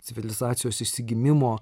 civilizacijos išsigimimo